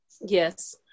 Yes